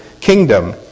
kingdom